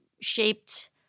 shaped